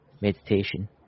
meditation